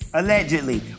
allegedly